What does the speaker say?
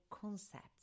concepts